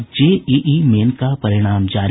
और JEE Main का परिणाम जारी